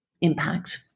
impact